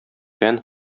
фән